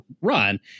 run